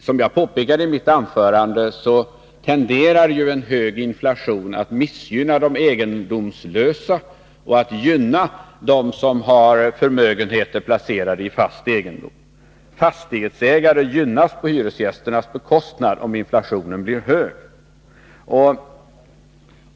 Som jag påpekade i mitt anförande tenderar en hög inflation att missgynna de egendomslösa och att gynna dem som har förmögenheter placerade i fast egendom. Fastighetsägare gynnas på hyresgästernas bekostnad om inflationen blir hög.